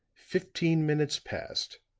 fifteen minutes passed,